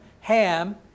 Ham